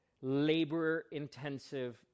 labor-intensive